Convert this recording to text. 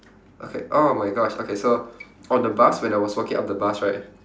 okay oh my gosh okay so on the bus when I was walking up the bus right